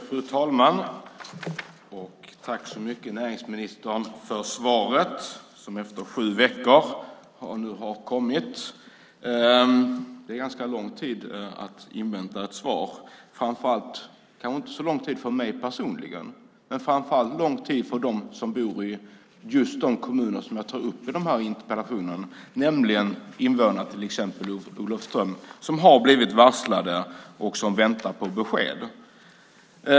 Fru talman! Tack så mycket för svaret, näringsministern! Efter sju veckor har det nu kommit. Det är en ganska lång tid för att invänta ett svar. Kanske inte så lång tid för mig personligen, det är framför allt lång tid för dem som bor i just de kommuner som jag tar upp i interpellationen, nämligen invånarna i till exempel Olofström som har blivit varslade och som väntar på besked.